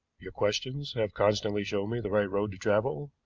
your questions have constantly shown me the right road to travel,